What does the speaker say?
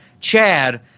Chad